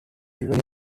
even